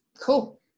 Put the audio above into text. cool